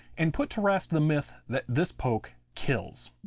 and put to rest the myth that this poke kills.